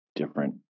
different